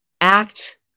act